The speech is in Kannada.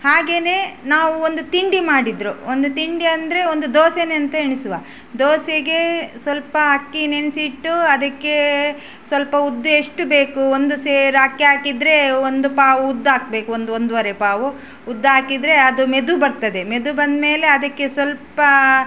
ಹಾಗೆಯೇ ನಾವು ಒಂದು ತಿಂಡಿ ಮಾಡಿದರು ಒಂದು ತಿಂಡಿ ಅಂದರೆ ಒಂದು ದೋಸೆಯೇ ಅಂತ ಎಣಿಸುವ ದೋಸೆಗೆ ಸ್ವಲ್ಪ ಅಕ್ಕಿ ನೆನೆಸಿಟ್ಟು ಅದಕ್ಕೆ ಸ್ವಲ್ಪ ಉದ್ದು ಎಷ್ಟು ಬೇಕು ಒಂದು ಸೇರು ಅಕ್ಕಿ ಹಾಕಿದ್ರೆ ಒಂದು ಪಾವು ಉದ್ದು ಹಾಕಬೇಕು ಒಂದು ಒಂದುವರೆ ಪಾವು ಉದ್ದು ಹಾಕಿದ್ರೆ ಅದು ಮೆದು ಬರ್ತದೆ ಮೆದು ಬಂದ್ಮೇಲೆ ಅದಕ್ಕೆ ಸ್ವಲ್ಪ